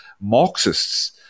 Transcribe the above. Marxists